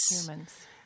humans